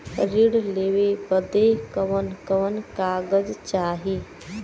ऋण लेवे बदे कवन कवन कागज चाही?